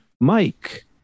Mike